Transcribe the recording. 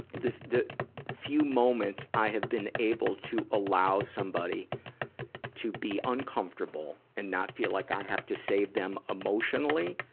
the the few moments i have been able to allow somebody to be uncomfortable and not feel like i have to save them emotionally,